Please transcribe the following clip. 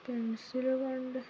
pencil കൊണ്ട്